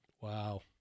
Wow